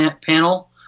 panel